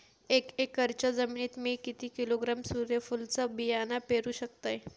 एक एकरच्या जमिनीत मी किती किलोग्रॅम सूर्यफुलचा बियाणा पेरु शकतय?